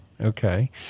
okay